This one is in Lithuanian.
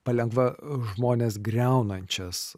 palengva žmones griaunančias